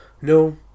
No